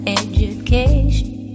education